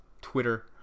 Twitter